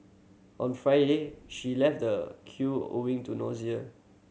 on Friday she left the queue owing to nausea